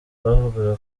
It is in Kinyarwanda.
bavugaga